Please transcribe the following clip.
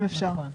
אם אפשר.